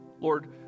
Lord